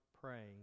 praying